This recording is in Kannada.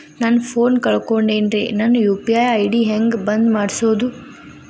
ನನ್ನ ಫೋನ್ ಕಳಕೊಂಡೆನ್ರೇ ನನ್ ಯು.ಪಿ.ಐ ಐ.ಡಿ ಹೆಂಗ್ ಬಂದ್ ಮಾಡ್ಸೋದು?